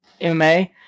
mma